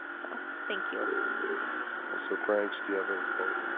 so thank you all so frank's. do you have a report?